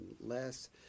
less